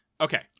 Okay